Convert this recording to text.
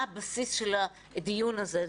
מה הבסיס של הדיון הזה?